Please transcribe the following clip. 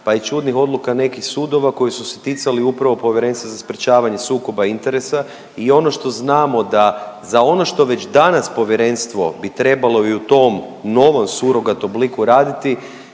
pa i čudnih odluka nekih sudova koji su se ticali upravo Povjerenstva za sprječavanje sukoba interesa i ono što znamo da za ono što već danas Povjerenstvo bi trebalo i u tom novom sugorat obliku raditi